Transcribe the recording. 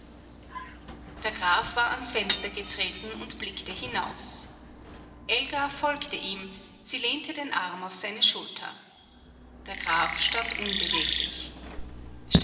der graf war ans fenster getreten und blickte hinaus elga folgte ihm sie lehnte den arm auf seine schulter der graf stand unbeweglich